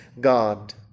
God